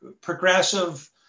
Progressive